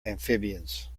amphibians